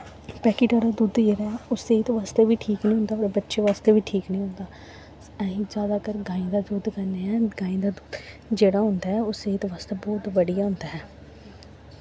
packet आह्ला दुद्ध जेह्ड़ा ऐ ओह् सेह्त बास्तै बी ठीक निं होंदा होर बच्चें बास्तै बी ठीक निं होंदा अस जादा अगर गाएं दा दुद्ध खन्ने आं गायें दा दुद्ध जेह्ड़ा होंदा ऐ ओह् सेह्त बास्तै बौह्त बधिया होंदा ऐ